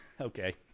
okay